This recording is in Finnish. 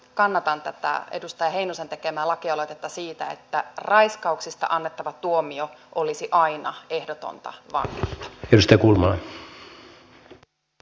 kannatan tätä edustaja heinosen tekemää lakialoitetta siitä että raiskauksista annettava tuomio olisi aina ehdotonta vankeutta